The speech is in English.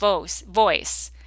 voice